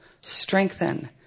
strengthen